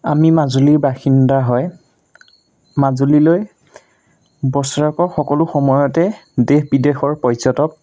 আমি মাজুলীৰ বাসিন্দা হয় মাজুলীলৈ বছৰেকৰ সকলো সময়তে দেশ বিদেশৰ পৰ্যটক